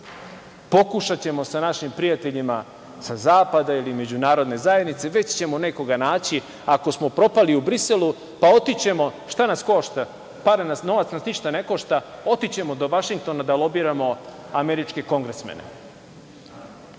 Pokušaćemo sa našim prijateljima sa zapada ili međunarodne zajednice, već ćemo nekoga naći. Ako smo propali u Briselu, pa otići ćemo šta nas košta, novac nas ništa ne košta, otići ćemo do Vašingtona da lobiramo američke kongresmene.